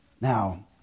Now